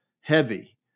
heavy